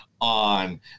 on